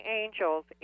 angels